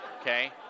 Okay